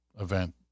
event